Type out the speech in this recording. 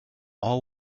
all